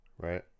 right